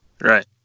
Right